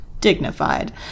Dignified